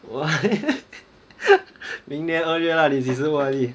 明年二月 lah 你几时 O_R_D